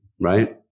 Right